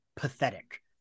pathetic